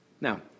Now